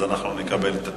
אנחנו נקבל את התיקון.